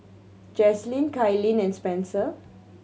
Jaslene Kailyn and Spencer